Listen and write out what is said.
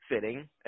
fitting